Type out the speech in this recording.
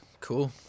Cool